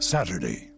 Saturday